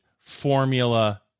formula